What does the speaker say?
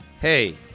Hey